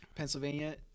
pennsylvania